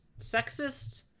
sexist